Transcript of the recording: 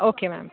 okay ma'am